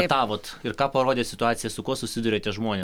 matavot ir ką parodė situacija su kuo susiduria tie žmonės